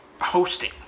hosting